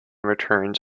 returns